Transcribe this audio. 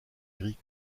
gris